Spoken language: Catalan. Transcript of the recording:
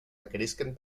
requerisquen